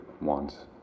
wants